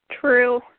True